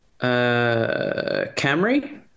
Camry